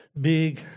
big